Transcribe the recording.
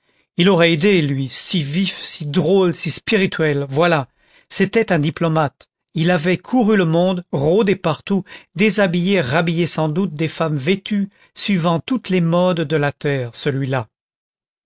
il aurait aidé lui si vif si drôle si spirituel voilà c'était un diplomate il avait couru le monde rôdé partout déshabillé et rhabillé sans doute des femmes vêtues suivant toutes les modes de la terre celui-là